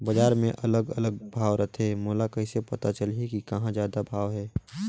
बजार मे अलग अलग भाव रथे, मोला कइसे पता चलही कि कहां जादा भाव हे?